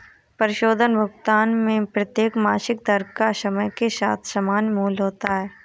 परिशोधन भुगतान में प्रत्येक मासिक दर का समय के साथ समान मूल्य होता है